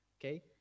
okay